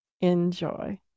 enjoy